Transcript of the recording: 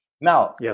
Now